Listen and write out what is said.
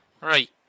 Right